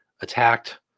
attacked